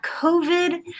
COVID